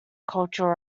cultural